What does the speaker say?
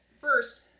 first